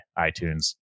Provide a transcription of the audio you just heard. iTunes